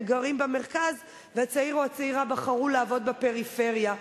גרים במרכז והצעיר או הצעירה בחרו לעבוד בפריפריה,